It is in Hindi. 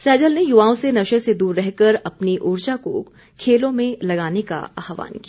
सैजल ने युवाओं से नशे से दूर रहकर अपनी ऊर्जा को खेलों में लगाने का आहवान किया